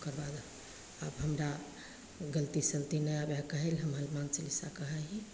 ओकर बाद आब हमरा गलती सलती नहि आबै हइ कहैले हम हनुमान चलिसा कहै हिए